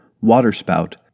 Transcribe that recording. waterspout